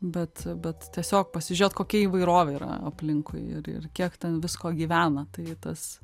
bet bet tiesiog pasižiūrėt kokia įvairovė yra aplinkui ir ir kiek ten visko gyvena tai tas